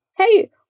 Hey